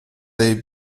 they